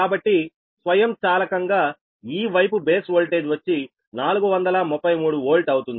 కాబట్టి స్వయంచాలకంగా ఈ వైపు బేస్ వోల్టేజ్ వచ్చి 433 వోల్ట్ అవుతుంది